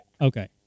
Okay